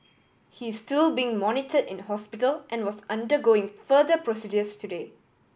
he is still being monitor in hospital and was undergoing further procedures today